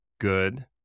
Good